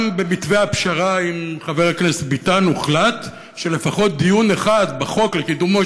גם במתווה הפשרה עם חבר הכנסת ביטן הוחלט שלפחות דיון אחד לקידומו